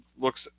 looks